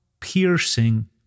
piercing